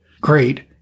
great